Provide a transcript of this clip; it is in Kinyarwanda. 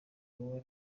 wowe